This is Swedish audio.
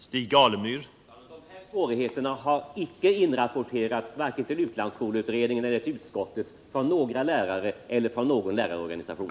Herr talman! Några sådana svårigheter har icke inrapporterats vare sig till utlandsskoleutredningen eller till utskottet från några lärare eller någon lärarorganisation.